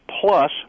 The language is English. plus